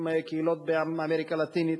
עם קהילות באמריקה הלטינית,